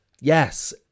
yes